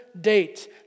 date